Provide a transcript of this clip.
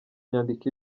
nyandiko